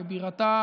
כבירתה